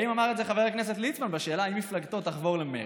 האם אמר את זה חבר הכנסת ליצמן על השאלה אם מפלגתו תחבור למרצ,